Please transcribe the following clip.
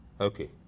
Okay